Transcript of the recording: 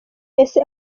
ese